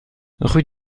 rue